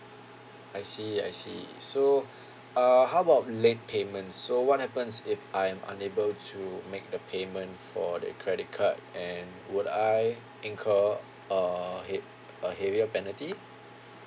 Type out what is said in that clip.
I see I see so err how about late payments so what happens if I'm unable to make the payment for the credit card and would I incur uh h~ uh having a penalty